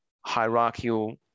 hierarchical